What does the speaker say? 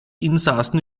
insassen